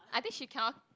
I think she cannot